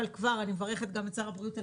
אבל כבר אני מברכת גם את שר הבריאות,